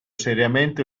seriamente